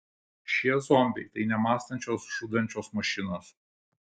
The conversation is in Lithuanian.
šie zombiai tai nemąstančios žudančios mašinos